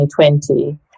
2020